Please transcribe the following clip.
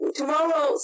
tomorrow